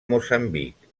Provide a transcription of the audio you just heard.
moçambic